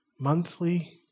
monthly